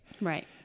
Right